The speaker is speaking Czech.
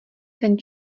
ten